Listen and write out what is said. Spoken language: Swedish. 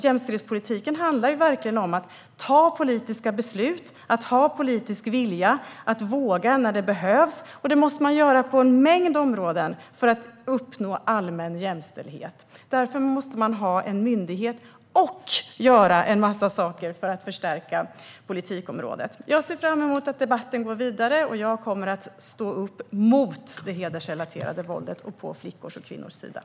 Jämställdhetspolitiken handlar ju verkligen om att ta politiska beslut, att ha politisk vilja och att våga när det behövs, och det måste man göra på en mängd områden för att uppnå allmän jämställdhet. Därför måste man ha en myndighet och dessutom göra en massa saker för att förstärka politikområdet. Jag ser fram emot att debatten går vidare, och jag kommer att stå upp på flickors och kvinnors sida mot det hedersrelaterade våldet.